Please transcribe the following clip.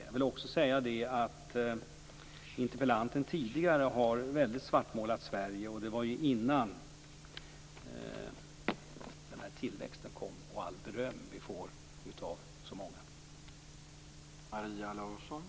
Jag vill också säga att interpellanten tidigare har svartmålat Sverige väldigt mycket. Det var innan den här tillväxten kom, och innan allt det beröm vi nu får av så många.